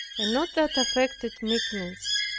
and not that affected meekness,